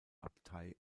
abtei